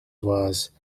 was